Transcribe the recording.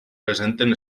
presenten